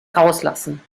rauslassen